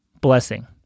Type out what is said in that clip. blessing